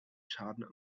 schaden